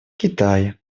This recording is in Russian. китай